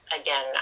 again